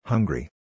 Hungry